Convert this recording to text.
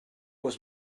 was